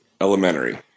Elementary